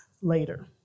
later